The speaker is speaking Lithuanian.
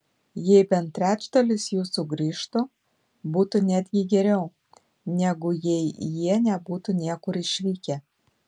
jei bent trečdalis jų sugrįžtų būtų netgi geriau negu jei jie nebūtų niekur išvykę